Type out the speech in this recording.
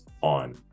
on